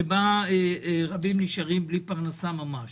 שבה רבים נשארים בלי פרנסה ממש.